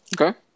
Okay